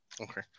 Okay